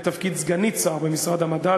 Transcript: לתפקיד סגנית שר במשרד המדע,